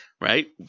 right